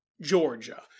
Georgia